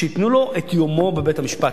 שייתנו לו את יומו בבית-המשפט.